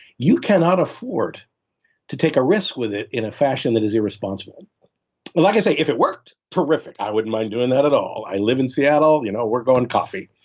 you cannot afford to take a risk with it in a fashion that is irresponsible but like i say, if it worked, terrific. i wouldn't mind doing that all. i live in seattle. you know we're going coffee